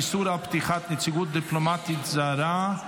איסור על פתיחת נציגות דיפלומטית זרה),